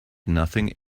nothing